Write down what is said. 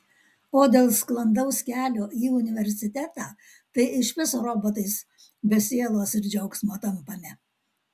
o dėl sklandaus kelio į universitetą tai išvis robotais be sielos ir džiaugsmo tampame